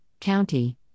county